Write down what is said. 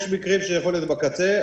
יש מקרים שיכולים להיות בקצה.